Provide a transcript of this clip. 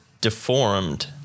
deformed